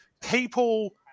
people